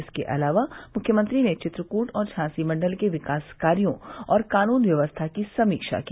इसके अलावा मुख्यमंत्री ने चित्रकूट और झांसी मंडल के विकास कार्यो और कानून व्यवस्था की समीक्षा की